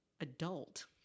adult